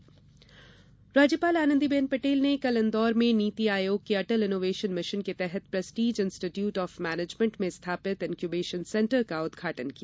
राज्यपाल राज्यपाल आनंदीबेन पटेल ने कल इंदौर में नीति आयोग के अटल इनोवेशन मिशन के तहत प्रेस्टिज इंस्टीट्यूट आफ मैनेजमेंट में स्थापित इनक्यूबेशन सेंटर का उद्घाटन किया